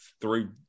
three